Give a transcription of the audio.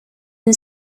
une